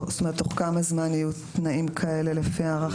תוך כמה זמן יהיו תנאים כאלה, לפי הערכתכם?